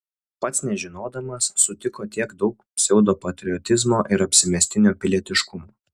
pats nežinodamas sutiko tiek daug pseudopatriotizmo ir apsimestinio pilietiškumo